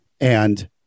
and-